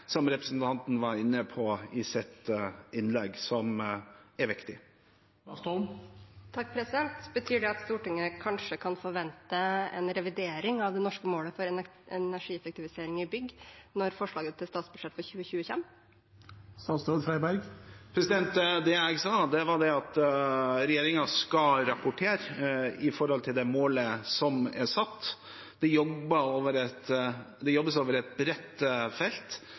som også representanten var inne på i sitt innlegg. Betyr det at Stortinget kanskje kan forvente en revidering av det norske målet for energieffektivisering i bygg når forslaget til statsbudsjett for 2020 kommer? Det jeg sa, var at regjeringen skal rapportere i forhold til det målet som er satt. Det jobbes over et